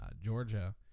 Georgia